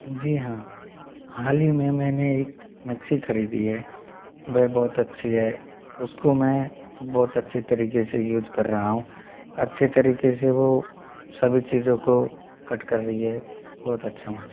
जी हाँ हाल ही में मैंने एक मैक्सी खरीदी है वह बहुत अच्छी है उसको मैं बहुत अच्छी तरीके से यूज कर रहा हूँ अच्छे तरीके से वो सभी चीज़ों को कट कर रही है बहुत अच्छा